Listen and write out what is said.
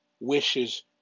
wishes